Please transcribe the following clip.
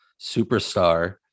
superstar